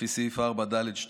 לפי סעיף 4(ד)(2)(ג)